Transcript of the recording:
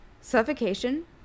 suffocation